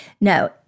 No